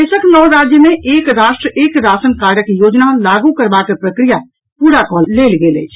देशक नओ राज्य मे एक राष्ट्र एक राशन कार्डक योजना लागू करबाक प्रक्रिया पूरा कऽ लेल गेल अछि